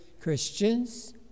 Christians